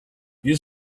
you